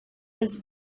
his